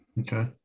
Okay